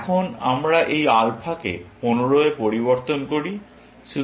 এখন আমরা এই আলফাকে 15 এ পরিবর্তন করি